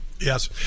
Yes